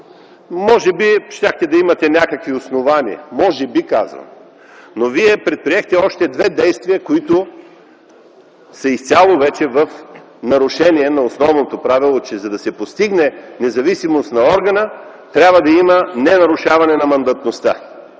може би щяхте да имате някакви основания. Може би, казвам. Но вие предприехте още две действия, които са изцяло вече в нарушение на основното правило – че за да се постигне независимост на органа, трябва да има ненарушаване на мандатността.